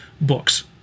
books